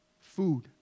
Food